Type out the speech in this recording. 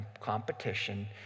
competition